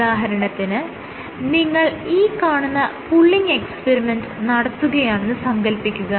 ഉദാഹരണത്തിന് നിങ്ങൾ ഈ കാണുന്ന പുള്ളിങ് എക്സ്പെരിമെൻറ് നടത്തുകയാണെന്ന് സങ്കൽപ്പിക്കുക